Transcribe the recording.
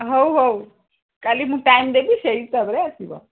ହଉ ହଉ କାଲି ମୁଁ ଟାଇମ୍ ଦେବି ସେଇ ହିସାବରେ ଆସିବ